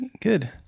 Good